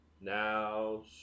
now